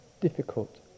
difficult